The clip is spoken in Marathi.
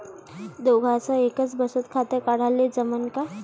दोघाच एकच बचत खातं काढाले जमनं का?